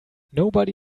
nobody